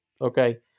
okay